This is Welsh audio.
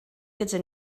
gyda